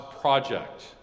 project